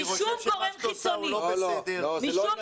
אני חושב שמה שאת עושה הוא לא בסדר מסיבה